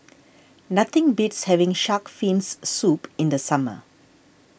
nothing beats having Shark's Fins Soup in the summer